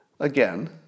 again